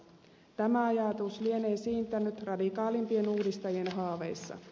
tämä ajatus lienee siintänyt radikaalimpien uudistajien haaveissa